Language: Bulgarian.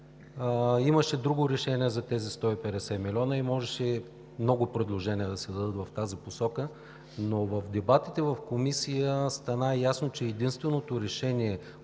имаше друго решение за тези 150 милиона и можеше много предложения да се дадат в тази посока. Но в дебатите в Комисията стана ясно, че единственото решение